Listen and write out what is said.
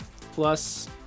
plus